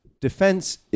defense